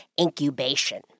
incubation